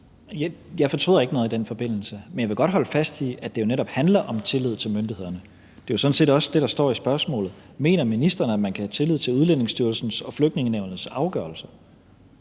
Jeg fortryder ikke noget i den forbindelse, men jeg vil godt holde fast i, at det jo netop handler om tillid til myndighederne. Det er jo sådan set også det, der står i spørgsmålet: Mener ministeren, at man kan have tillid til Udlændingestyrelsens og Flygtningenævnets afgørelser?